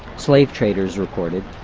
slave traders reported